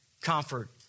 comfort